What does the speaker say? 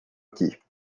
aqui